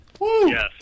Yes